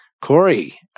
Corey